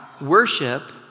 Worship